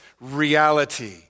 reality